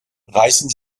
reißen